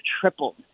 tripled